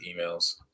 emails